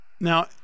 now